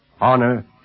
honor